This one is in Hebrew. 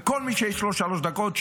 וכל מי שיש לו שלוש דקות,